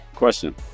Question